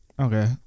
okay